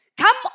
come